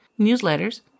newsletters